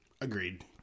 Agreed